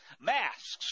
Masks